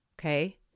okay